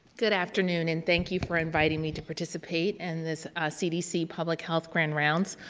good afternoon, and thank you for inviting me to participate in this cdc public health grand rounds.